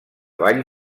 ball